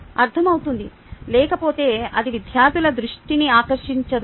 అర్థం అవుతుంది లేకపోతే అది విద్యార్థుల దృష్టిని ఆకర్షించదు